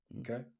okay